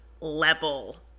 level